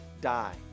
die